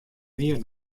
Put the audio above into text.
mear